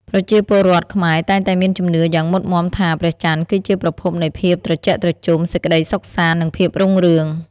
ប្រជាពលរដ្ឋខ្មែរតែងតែមានជំនឿយ៉ាងមុតមាំថា ព្រះច័ន្ទគឺជាប្រភពនៃភាពត្រជាក់ត្រជុំ សេចក្តីសុខសាន្ត និងភាពរុងរឿង។